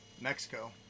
Mexico